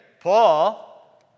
Paul